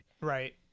right